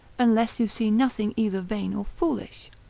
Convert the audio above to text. unless you see nothing either vain or foolish.